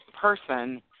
person